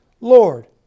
Lord